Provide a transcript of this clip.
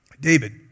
David